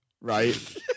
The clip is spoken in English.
right